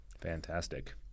Fantastic